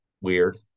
weird